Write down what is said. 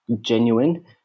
genuine